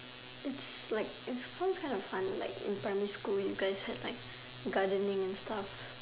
it's like it's all kind of funny like in primary school have like gardening and stuff